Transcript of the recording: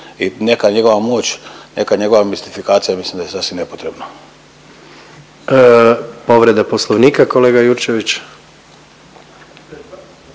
i neka njegova moć, neka njegova mistifikacija mislim da je sasvim nepotrebno.